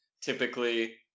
typically